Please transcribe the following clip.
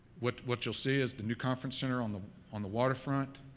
what what you will see is the new conference center on the on the water front,